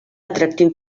atractiu